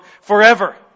forever